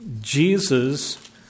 Jesus